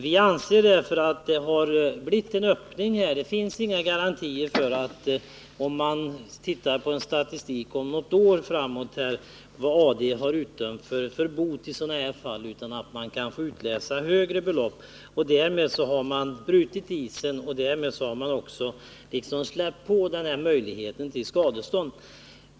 Vi anser därför att det har blivit en öppning här. Det finns nu inga garantier längre. Om vi om något år ser på statistiken över vilka böter som arbetsdomstolen har utdömt, kan vi kanske utläsa högre belopp. Därmed har man brutit isen, och därmed har man öppnat möjligheten till skadestånd.